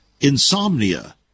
insomnia